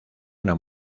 una